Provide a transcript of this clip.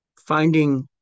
finding